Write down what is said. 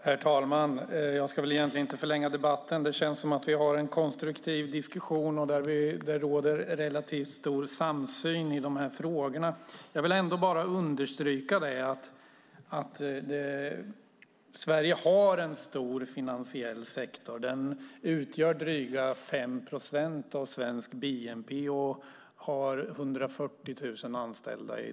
Herr talman! Jag ska väl inte förlänga debatten. Det känns som att vi har en konstruktiv diskussion med relativt stor samsyn i de här frågorna. Jag vill understryka att Sverige har en stor finansiell sektor. Den utgör drygt 5 procent av svensk bnp och har 140 000 anställda.